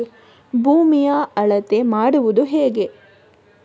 ಭೂಮಿಯ ಅಳತೆ ಮಾಡುವುದು ಹೇಗೆ?